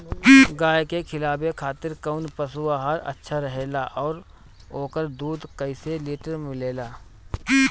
गाय के खिलावे खातिर काउन पशु आहार अच्छा रहेला और ओकर दुध कइसे लीटर मिलेला?